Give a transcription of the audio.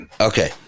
Okay